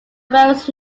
various